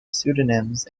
pseudonyms